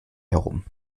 herum